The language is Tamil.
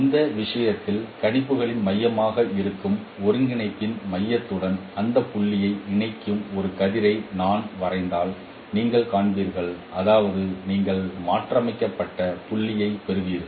இந்த விஷயத்தில் கணிப்புகளின் மையமாக இருக்கும் ஒருங்கிணைப்பின் மையத்துடன் அந்த புள்ளியை இணைக்கும் ஒரு கதிரை நான் வரைந்தால் நீங்கள் காண்பீர்கள் அதாவது நீங்கள் மாற்றியமைக்கப்பட்ட புள்ளியைப் பெறுவீர்கள்